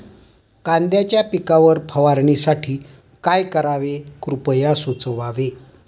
कांद्यांच्या पिकावर फवारणीसाठी काय करावे कृपया सुचवावे